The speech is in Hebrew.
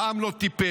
העם לא טיפש,